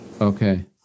okay